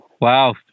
Wow